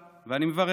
הם הסכימו לאשר